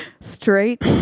Straight